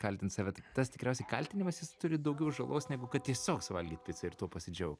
kaltint save tai tas tikriausiai kaltinamas jis turi daugiau žalos negu kad tiesiog suvalgyt picą ir tuo pasidžiaugt